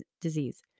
disease